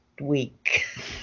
week